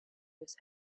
his